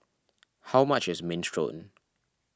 how much is Minestrone